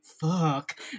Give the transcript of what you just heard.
fuck